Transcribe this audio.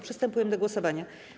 Przystępujemy do głosowania.